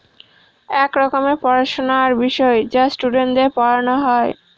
এক রকমের পড়াশোনার বিষয় যা স্টুডেন্টদের পড়ানো হয়